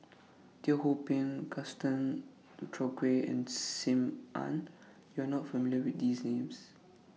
Teo Ho Pin Gaston Dutronquoy and SIM Ann YOU Are not familiar with These Names